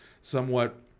somewhat